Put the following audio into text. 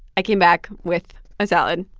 i came back with a salad